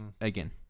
again